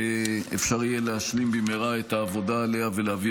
אפשר יהיה להשלים במהרה את העבודה עליה ולהביא